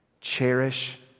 cherish